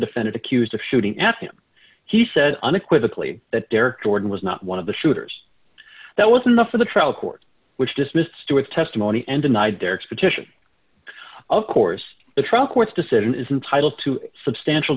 defended accused of shooting at him he said unequivocally that derek jordan was not one of the shooters that was enough for the trial court which dismissed stewart's testimony and denied their expression of course the trial court's decision is entitle to a substantial